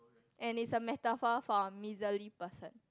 and it's a metaphor for miserly person